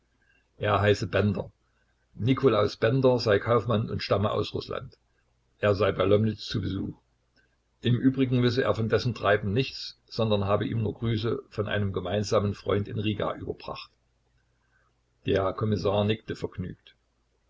er heiße bender nikolaus bender sei kaufmann und stamme aus rußland er sei bei lomnitz zu besuch im übrigen wisse er von dessen treiben nichts sondern habe ihm nur grüße von einem gemeinsamen freunde in riga überbracht der kommissar nickte vergnügt